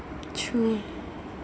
true